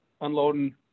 unloading